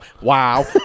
wow